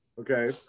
okay